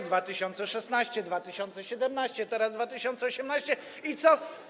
Rok 2016, 2017, teraz 2018 i co?